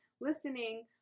listening